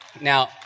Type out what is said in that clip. Now